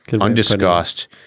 undiscussed